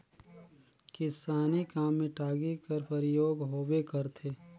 किसानी काम मे टागी कर परियोग होबे करथे